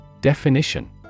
Definition